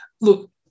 Look